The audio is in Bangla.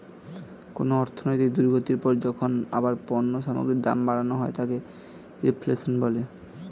কোনো অর্থনৈতিক দুর্গতির পর যখন আবার পণ্য সামগ্রীর দাম বাড়ানো হয় তাকে রিফ্লেশন বলে